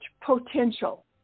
potential